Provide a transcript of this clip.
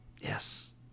yes